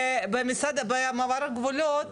במעבר הגבולות